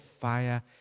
fire